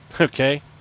okay